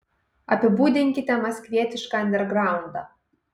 apibūdinkite maskvietišką andergraundą